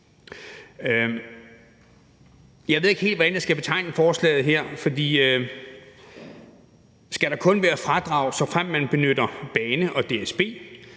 Jeg ved ikke helt, hvordan jeg skal forstå forslaget her. Skal der kun være fradrag, såfremt man benytter DSB?